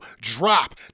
drop